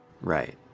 Right